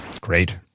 great